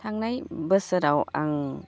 थांनाय बोसोराव आं